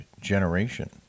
generation